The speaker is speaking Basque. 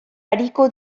ariko